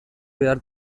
behar